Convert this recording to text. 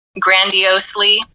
grandiosely